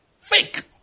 Fake